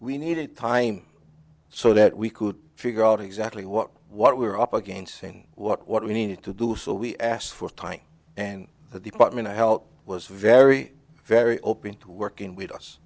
we needed time so that we could figure out exactly what what we were up against saying what we needed to do so we asked for time and the department of health was very very open to working with us